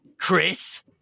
Chris